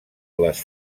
les